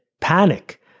panic